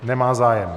Nemá zájem.